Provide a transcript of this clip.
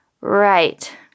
Right